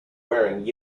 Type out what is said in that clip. wearing